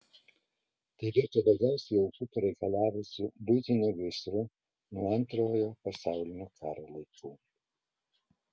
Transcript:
tai virto daugiausiai aukų pareikalavusiu buitiniu gaisru nuo antrojo pasaulinio karo laikų